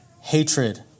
hatred